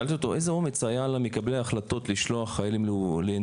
אמר לי כששאלתי אותו: איזה אומץ היה למקבלי החלטות לשלוח חיילים לאנטבה,